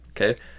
Okay